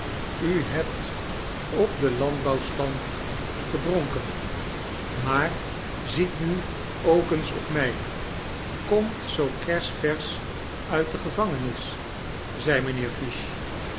u hebt op den landbonwsitand gedronken maar ziet nu ook pens op mij komt zoo kersversch uit de gevangenis zei mijnheer fish